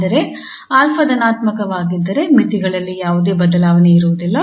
ಅಂದರೆ 𝑎 ಧನಾತ್ಮಕವಾಗಿದ್ದರೆ ಮಿತಿಗಳಲ್ಲಿ ಯಾವುದೇ ಬದಲಾವಣೆ ಇರುವುದಿಲ್ಲ